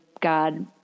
God